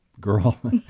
girl